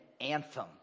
anthem